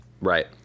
Right